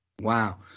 Wow